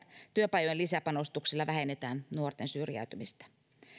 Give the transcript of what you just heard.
työpajojen lisäpanostuksilla vähennetään nuorten syrjäytymistä